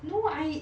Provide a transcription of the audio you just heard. no I